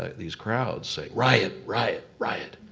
ah these crowds say riot, riot, riot.